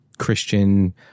Christian